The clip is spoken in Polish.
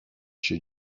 się